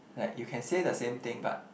like you can say the same thing but